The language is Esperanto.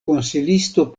konsilisto